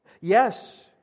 Yes